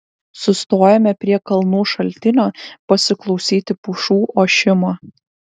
sustojome prie kalnų šaltinio pasiklausyti pušų ošimo